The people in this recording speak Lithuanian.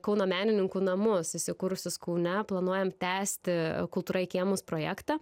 kauno menininkų namus įsikūrusius kaune planuojam tęsti kultūra į kiemus projektą